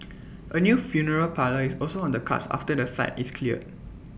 A new funeral parlour is also on the cards after the site is cleared